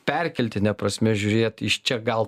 perkeltine prasme žiūrėt iš čia gal